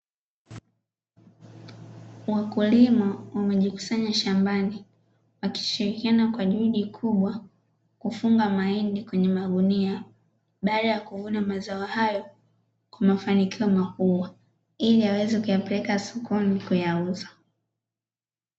Wakulima wamejikusanya shambani wakishirikiana kwa juhudi kubwa kufunga mahindi kwenye magunia, baada ya kuvuna mazao hayo kwa mafanikio makubwa ili aweze kuyapeleka sokoni kuyauza.